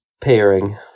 pairing